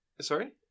Sorry